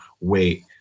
wait